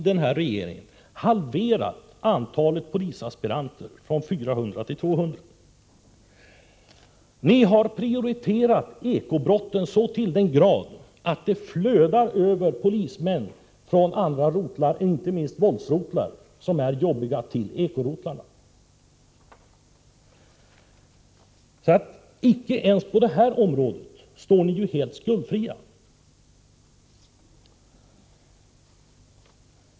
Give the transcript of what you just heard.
Denna regering har halverat antalet polisaspiranter från 400 till 200. Ni har prioriterat eko-brotten så till den grad att polismän flödar över från andra rotlar —- inte minst våldsrotlar som är arbetstyngda — till eko-rotlarna. Icke ens på detta område står ni helt skuldfria.